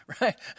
Right